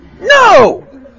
no